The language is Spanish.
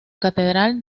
catedral